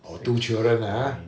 or two children lah ah